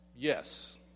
Yes